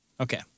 Okay